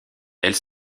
elle